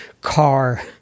car